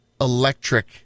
electric